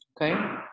Okay